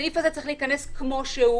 הסעיף הזה צריך להיכנס כמו שהוא.